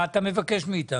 מה אתה מבקש מאיתנו?